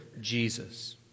Jesus